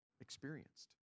experienced